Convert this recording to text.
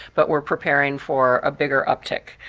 but we're preparing for a bigger uptick.